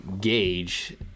gauge